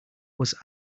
was